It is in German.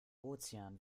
ozean